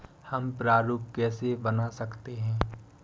हम प्रारूप कैसे बना सकते हैं?